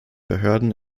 behörden